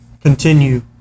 continue